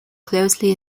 closely